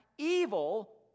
Evil